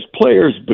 players